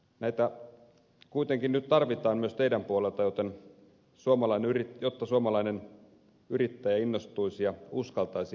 näitä kuitenkin nyt tarvitaan myös teidän puoleltanne jotta suomalainen yrittäjä innostuisi ja uskaltaisi investoida kotimaahansa